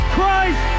Christ